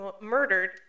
murdered